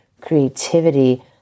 creativity